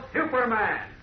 Superman